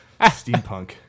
Steampunk